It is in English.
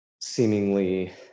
seemingly